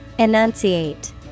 enunciate